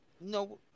no